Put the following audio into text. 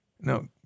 No